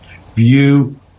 view